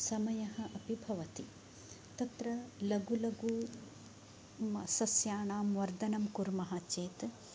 समयः अपि भवति तत्र लघु लघु म सस्यानाम् वर्धनं कुर्मः चेत्